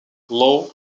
law